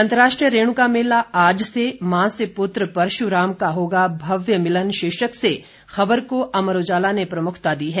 अंतरराष्ट्रीय रेणुका मेला आज से मां से पुत्र परशुराम का होगा भव्य भिलन शीर्षक से खबर को अमर उजाला ने प्रमुखता दी है